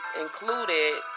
included